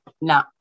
no